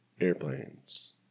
airplanes